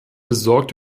besorgt